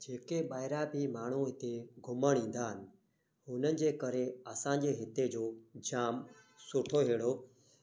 जेके ॿाहिरां बि माण्हू हिते घुमणु ईंदा आहिनि हुननि जे करे असांजे हिते जो जामु सुठो अहिड़ो